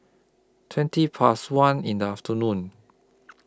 twenty Past one in The afternoon